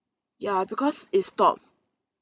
ya because it stopped